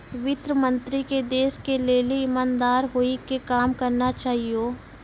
वित्त मन्त्री के देश के लेली इमानदार होइ के काम करना चाहियो